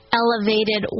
elevated